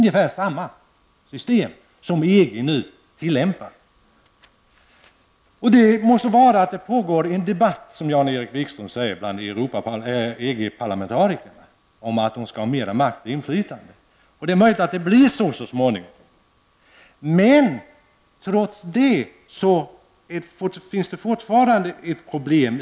EG tillämpar ungefär samma system. Det må så vara att det -- som Jan-Erik Wikström säger -- pågår en debatt bland EG-parlamentariker om att de skall ha mer makt och inflytande. Det är möjligt att det så småningom blir så, men trots detta kvarstår ett problem.